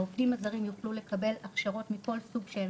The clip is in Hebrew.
העובדים הזרים יוכלו לקבל הכשרות מכל סוג שהן,